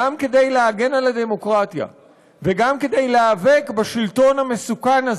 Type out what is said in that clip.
גם כדי להגן על הדמוקרטיה וגם כדי להיאבק בשלטון המסוכן הזה,